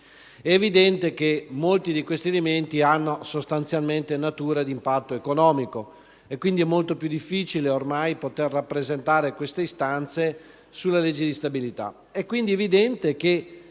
È evidente che molti di questi elementi hanno sostanzialmente natura di impatto economico e che è molto più difficile, ormai, rappresentare queste istanze nelle leggi di stabilità,